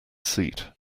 seat